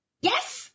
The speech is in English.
Yes